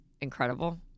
incredible